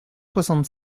soixante